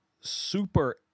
super